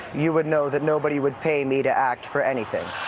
you would know that nobody would pay me to act for anything.